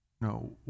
No